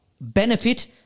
benefit